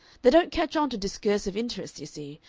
they don't catch on to discursive interests, you see,